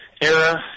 era